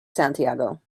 santiago